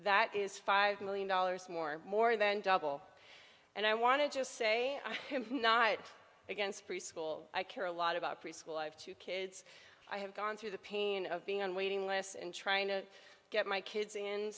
that is five million dollars more more than double and i want to just say i'm not against preschool i care a lot about preschool i have two kids i have gone through the pain of being on waiting lists and trying to get my kids